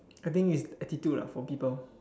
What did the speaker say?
I think it's the attitude lah for people